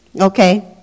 Okay